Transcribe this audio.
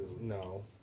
no